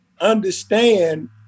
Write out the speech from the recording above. understand